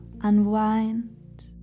Unwind